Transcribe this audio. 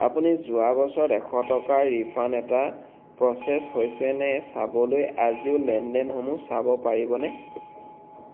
আপুনি যোৱা বছৰত এশ টকাৰ ৰিফাণ্ড এটা প্ৰচেছ হৈছে নে চাবলৈ আজিও লেনদেনসমূহ চাব পাৰিবনে